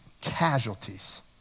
casualties